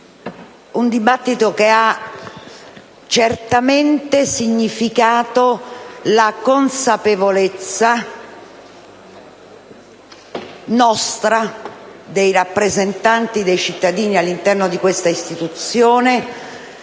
importantissimo, che ha certamente significato la consapevolezza nostra, dei rappresentanti dei cittadini all'interno di questa istituzione,